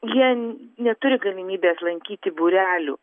jie neturi galimybės lankyti būrelių